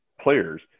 players